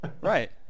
Right